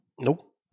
Nope